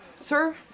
Sir